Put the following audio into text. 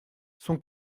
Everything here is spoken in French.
son